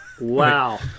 wow